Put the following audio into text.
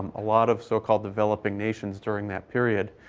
a lot of so-called developing nations during that period.